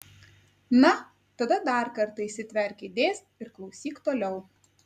na tada dar kartą įsitverk kėdės ir klausyk toliau